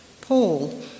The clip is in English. Paul